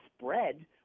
spread